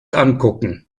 ankucken